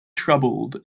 troubled